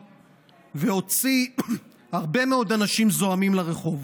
והוציא הרבה מאוד אנשים זועמים לרחוב.